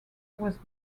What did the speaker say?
was